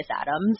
Adams